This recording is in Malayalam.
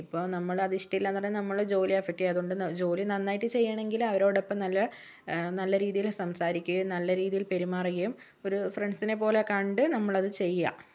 ഇപ്പം നമ്മളതിഷ്ടമില്ലായെന്ന് പറഞ്ഞാൽ നമ്മളെ ജോലിയെ എഫ്ഫക്ട് ചെയ്യും അതുകൊണ്ട് ജോലി നന്നായിട്ട് ചെയ്യണമെങ്കില് അവരോടൊപ്പം നല്ല നല്ല രീതിയില് സംസാരിക്കുകയും നല്ല രീതിയിൽ പെരുമാറുകയും ഒരു ഫ്രണ്ട്സിനെ പോലെ കണ്ട് നമ്മളത് ചെയ്യുക